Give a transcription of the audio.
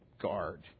guard